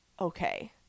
okay